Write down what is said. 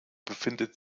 befindet